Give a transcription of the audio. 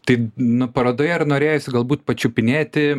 tai nu parodoje ir norėjosi galbūt pačiupinėti